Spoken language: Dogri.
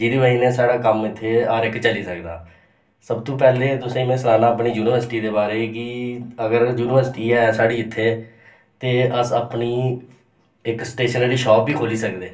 जेह्दे वजह् कन्नै साढ़ा कम्म इत्थें हर इक चली सकदा सब तों पैह्ले मै तुसेंगी में सनाना अपनी यूनिवर्सिटी दे बारे च कि अगर यूनिवर्सिटी ऐ साढ़े इत्थें ते अस अपनी इक स्टेशनरी शाप बी खोली सकदे